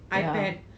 yeah